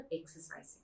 exercising